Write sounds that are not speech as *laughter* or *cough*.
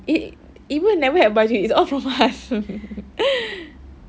i~ ibu never had baju it's all from us *laughs*